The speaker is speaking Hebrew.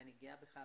ואני גאה בכך,